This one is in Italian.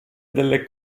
delle